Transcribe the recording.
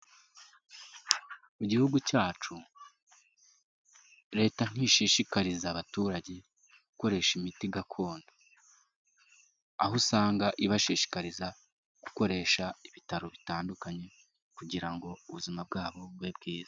Mu gihugu cyacu, leta ntishishikariza abaturage gukoresha imiti gakondo, aho usanga ibashishikariza gukoresha ibitaro bitandukanye kugira ngo ubuzima bwabo bube bwiza.